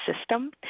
system